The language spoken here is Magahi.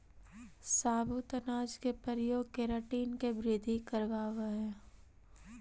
साबुत अनाज के प्रयोग केराटिन के वृद्धि करवावऽ हई